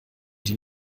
die